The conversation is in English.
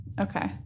Okay